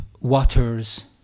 waters